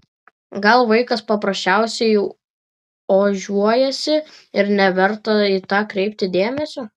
gal vaikas paprasčiausiai ožiuojasi ir neverta į tai kreipti dėmesio